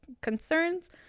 concerns